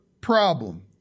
problem